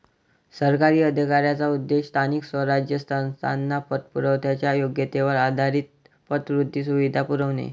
सरकारी अधिकाऱ्यांचा उद्देश स्थानिक स्वराज्य संस्थांना पतपुरवठ्याच्या योग्यतेवर आधारित पतवृद्धी सुविधा पुरवणे